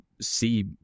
see